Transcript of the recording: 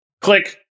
click